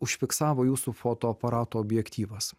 užfiksavo jūsų fotoaparato objektyvas